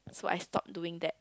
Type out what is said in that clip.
so I stop doing that